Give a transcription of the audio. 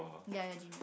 ya ya gym